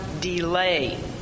delay